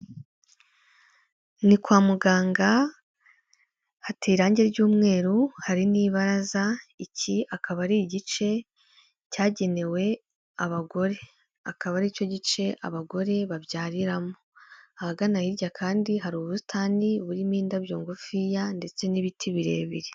Ni kwa muganga hateye irangi ry'umweru, hari n'ibiraza, iki akaba ari igice cyagenewe abagore, akaba aricyo gice abagore babyariramo, ahagana hirya kandi hari ubusitani burimo indabyo ngufiya, ndetse n'ibiti birebire.